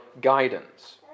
guidance